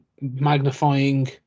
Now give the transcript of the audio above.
magnifying